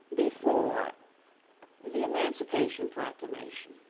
before the emancipation proclamation.